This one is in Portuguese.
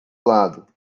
lado